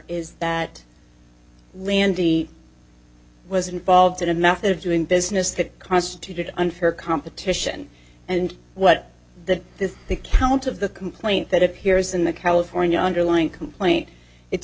is that landy was involved in a method of doing business that constituted unfair competition and what that this the count of the complaint that appears in the california underlying complaint it's